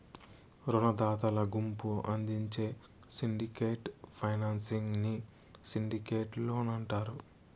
రునదాతల గుంపు అందించే సిండికేట్ ఫైనాన్సింగ్ ని సిండికేట్ లోన్ అంటారు